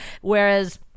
whereas